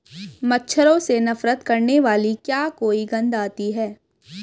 मच्छरों से नफरत करने वाली क्या कोई गंध आती है?